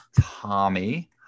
Tommy